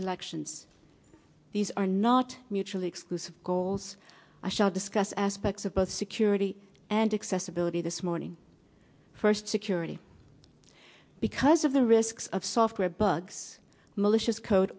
elections these are not actually exclusive goals i shall discuss aspects of both security and accessibility this morning first security because of the risks of software bugs malicious code